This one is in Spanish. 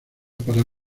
para